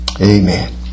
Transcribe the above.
Amen